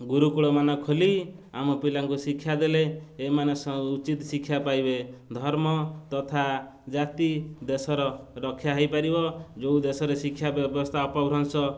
ଗୁରୁକୁୂଳମାନ ଖୋଲି ଆମ ପିଲାଙ୍କୁ ଶିକ୍ଷା ଦେଲେ ଏମାନେ ଉଚିତ୍ ଶିକ୍ଷା ପାଇବେ ଧର୍ମ ତଥା ଜାତି ଦେଶର ରକ୍ଷା ହୋଇପାରିବ ଯେଉଁ ଦେଶରେ ଶିକ୍ଷା ବ୍ୟବସ୍ଥା ଅପଭ୍ରଂଶ